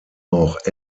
auch